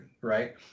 Right